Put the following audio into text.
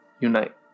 Unite